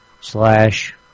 slash